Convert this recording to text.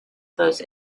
those